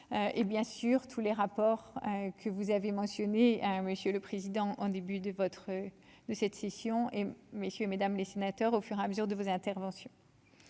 et bien sûr tous les rapports que vous avez mentionné, hein, Monsieur le Président en début de votre de cette session et messieurs, Mesdames les sénateurs au fur et à mesure de vos interventions,